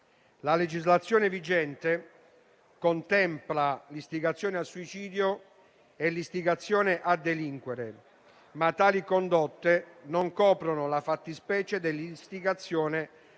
La legislazione vigente contempla l'istigazione al suicidio e l'istigazione a delinquere, ma tali condotte non coprono la fattispecie dell'istigazione